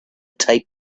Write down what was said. taped